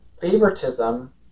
Favoritism